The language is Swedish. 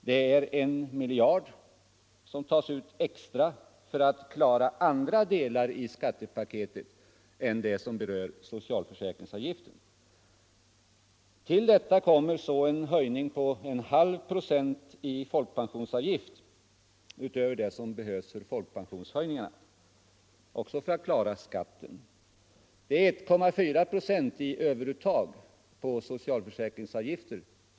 Det är en miljard extra som tas ut för att klara andra delar i skattepaketet än de som berör socialförsäkringsavgiften. Till detta kommer en höjning på 1/2 procent i folkpensionsavgift, utöver det som behövs för folkpensionshöjningarna — också för att klara skatten. Det är 1,4 procent i överuttag på socialförsäkringsavgifter.